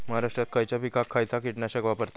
महाराष्ट्रात खयच्या पिकाक खयचा कीटकनाशक वापरतत?